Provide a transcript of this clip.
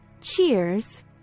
Cheers